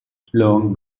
long